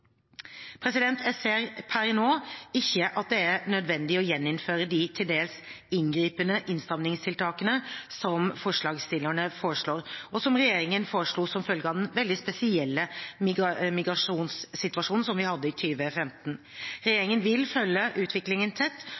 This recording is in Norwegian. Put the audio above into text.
Jeg ser per nå ikke at det er nødvendig å gjeninnføre de til dels inngripende innstramningstiltakene som forslagsstillerne foreslår, og som regjeringen foreslo som følge av den veldig spesielle migrasjonssituasjonen vi hadde i 2015. Regjeringen vil følge utviklingen tett,